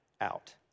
out